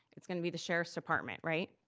it's gonna be the sheriff's department, right?